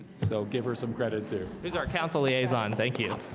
so give her some credit to these our council liaison. thank you